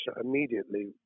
immediately